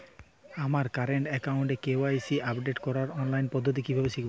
আমার কারেন্ট অ্যাকাউন্টের KYC update করার অনলাইন পদ্ধতি কীভাবে শিখব?